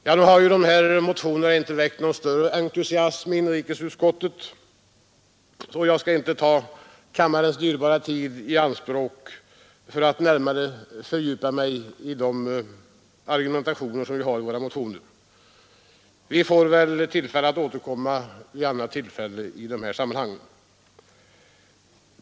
Motionerna har nu inte mötts av någon större entusiasm i inrikesutskottet, och jag skall inte ta kammarens dyrbara tid i anspråk för att fördjupa mig i den argumentation som vi har i motionerna. Vi får väl tillfälle att återkomma i andra sammanhang.